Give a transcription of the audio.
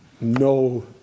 No